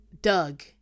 Doug